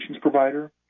provider